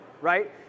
right